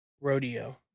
Rodeo